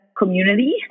community